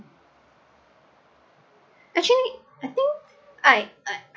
actually I think I I